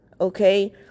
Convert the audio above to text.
okay